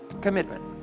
commitment